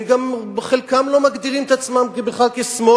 גם חלקם לא מגדירים את עצמם בכלל כשמאל